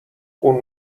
اون